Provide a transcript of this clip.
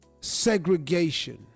segregation